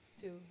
Two